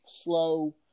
slow